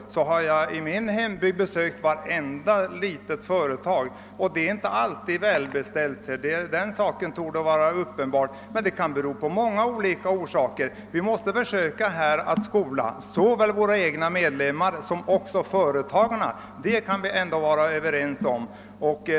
I min hembygd har jag besökt varenda litet företag, och det är inte alltid väl beställt. Det torde vara uppenbart, men det kan ha många olika orsaker. Vi måste försöka skola såväl våra egna medlemmar som företagarna, det kan vi ändå vara överens om.